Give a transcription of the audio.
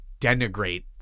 denigrate